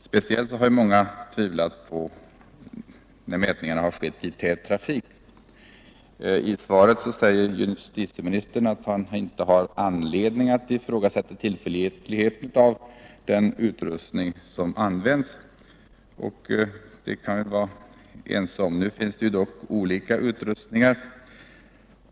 Speciellt har många personer tvivlat på resultatet av mätningar som gjorts i tät trafik. I svaret säger justitieministern att han inte har anledning att ifrågasätta tillförlitligheten hos den utrustning som används. Och på den punkten kan vi väl vara ense. Nu finns dock olika utrustningar.